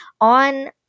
on